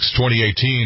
2018